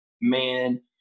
man